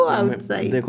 outside